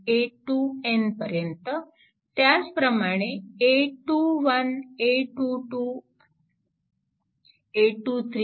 a 2n पर्यंत त्याचप्रमाणे a 2 1 a 2 2 a 2 2